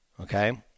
Okay